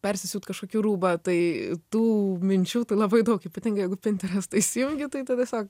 persisiūst kažkokį rūbą tai tų minčių tai labai daug ypatingai jeigu pinterestą įsijungi tai tu tiesiog